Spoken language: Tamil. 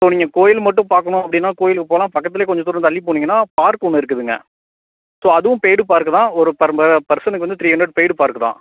ஸோ நீங்கள் கோயில் மட்டும் பார்க்கணும் அப்படின்னா கோயிலுக்குப் போகலாம் பக்கத்திலே கொஞ்ச தூரம் தள்ளிப் போனிங்கன்னால் பார்க் ஒன்று இருக்குதுங்க ஸோ அதுவும் பெய்டு பார்க்கு தான் ஒரு பர் பர்சனுக்கு வந்து த்ரீ ஹண்ட்ரட் பெய்டு பார்க்கு தான்